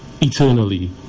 eternally